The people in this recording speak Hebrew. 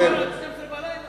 נסים זאב הוא מעבר לזמן.